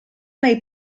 nei